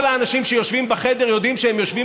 כל האנשים שיושבים בחדר יודעים שהם יושבים